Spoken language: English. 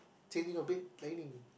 changing or bed linen